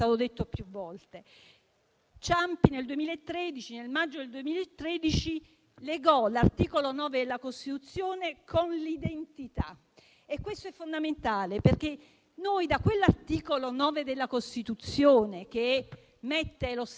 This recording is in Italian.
questo è fondamentale, perché da quell'articolo 9 della Costituzione, che mette lo Stato a tutela di questi beni, traiamo il concetto d'identità e di quello che siamo nel profondo e che conserviamo